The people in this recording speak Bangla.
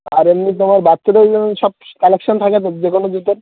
আর এমনি তোমার বাচ্চাদের যেরকম সব কালেকশন থাকে তো যে কোনো জুতোর